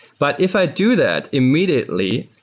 but if i do that immediately,